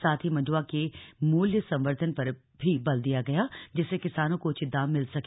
साथ ही मंडुआ के मूल्य संवर्धन पर भी बल दिया गया जिससे किसानों को उचित दाम मिल सके